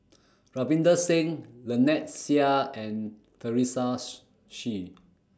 Ravinder Singh Lynnette Seah and Teresa Hsu